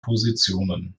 positionen